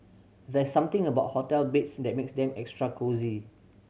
there's something about hotel beds that makes them extra cosy